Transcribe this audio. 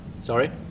Sorry